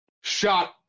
Shot